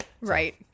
Right